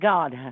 God